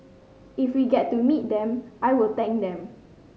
if we get to meet them I will thank them